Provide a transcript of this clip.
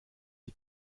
die